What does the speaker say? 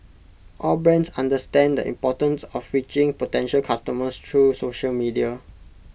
all brands understand the importance of reaching potential customers through social media